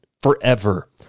forever